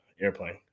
airplane